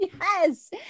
Yes